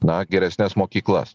na geresnes mokyklas